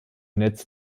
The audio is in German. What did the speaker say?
netz